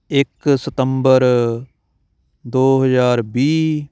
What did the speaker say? ਇੱਕ ਸਤੰਬਰ ਦੋ ਹਜ਼ਾਰ ਵੀਹ